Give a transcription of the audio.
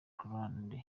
grande